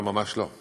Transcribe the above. לא, ממש לא.